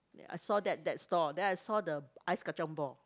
where I saw that that store then I saw the ice-kacang ball